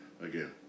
Again